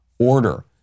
order